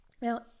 Now